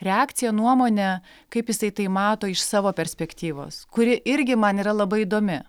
reakcija nuomonė kaip jisai tai mato iš savo perspektyvos kuri irgi man yra labai įdomi